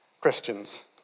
Christians